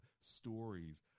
stories